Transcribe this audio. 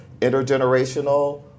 intergenerational